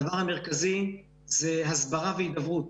הדבר המרכזי הוא הסברה והידברות